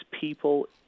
people